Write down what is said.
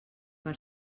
per